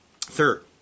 Third